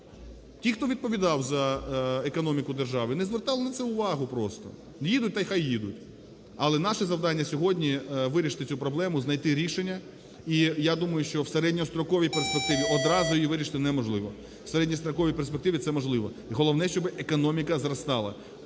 ті, хто відповідав за економіку держави, не звертали на це уваги просто: їдуть – то хай їдуть! Але наше завдання сьогодні – вирішити цю проблему, знайти рішення, і я думаю, що в середньостроковій перспективі одразу її вирішити неможливо. У середньостроковій перспективі це можливо. Головне, щоби економіка зростала.